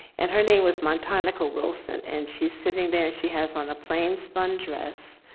and her name was montana nicole wilson and she's sitting there, she has on a plane spun dress.